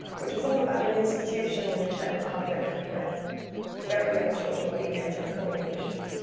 which was all about an institution in the czech republic where very young children were being kept in appalling conditions.